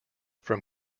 from